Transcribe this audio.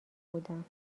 بودم